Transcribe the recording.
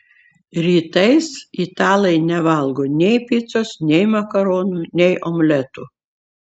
rytais italai nevalgo nei picos nei makaronų nei omletų